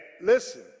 Listen